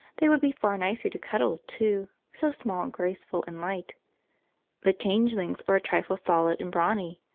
they would be far nicer to cuddle, too, so small and graceful and light the changelings are a trifle solid and brawny.